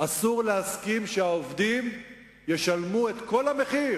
אסור להסכים שהעובדים ישלמו את כל המחיר